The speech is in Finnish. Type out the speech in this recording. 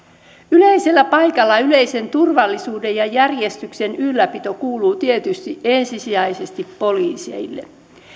yleisellä paikalla yleisen turvallisuuden ja järjestyksen ylläpito kuuluu tietysti ensisijaisesti poliiseille